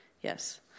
yes